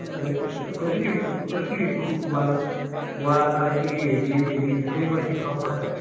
कसली कसली वाल वालाची हेजी तेजी सगळी भाजी खावपाक जातां